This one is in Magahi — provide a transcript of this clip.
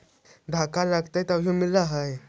धक्का लगतय तभीयो मिल है?